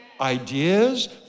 ideas